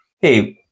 hey